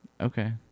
Okay